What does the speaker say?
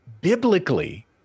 biblically